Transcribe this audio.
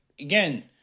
again